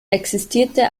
existierte